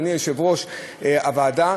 אדוני יושב-ראש הוועדה.